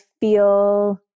feel